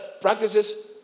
practices